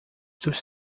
dos